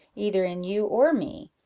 either in you or me,